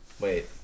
Wait